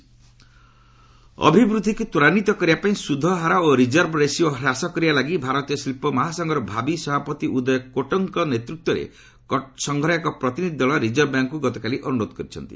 RBI ଅଭିବୃଦ୍ଧିକୁ ତ୍ୱରାନ୍ୱିତ କରିବା ପାଇଁ ସୁଧହାର ଓ ରିଜର୍ଭ ରେସିଓ ହ୍ରାସ କରିବା ଲାଗି ଭାରତୀୟ ଶିଳ୍ପ ମହାସଂଘର ଭାବି ସଭାପତି ଉଦୟ କୋଟ୍କଙ୍କ ନେତୃତ୍ୱରେ ସଂଘର ଏକ ପ୍ରତିନିଧି ଦଳ ରିକର୍ଭ ବ୍ୟାଙ୍କ୍କୁ ଗତକାଲି ଅନୁରୋଧ କରିଛନ୍ତି